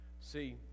See